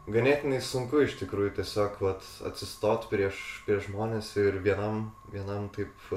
ganėtinai sunku iš tikrųjų tiesiog vat atsistot prieš žmones ir vienam vienam taip